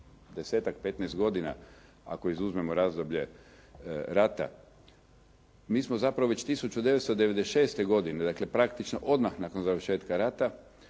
desetak, petnaest godina, ako izuzmemo razdoblje rata. Mi smo zapravo već 1996. godine, dakle praktično odmah nakon završetka rata